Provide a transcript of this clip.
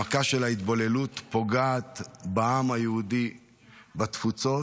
המכה של ההתבוללות פוגעת בעם היהודי בתפוצות,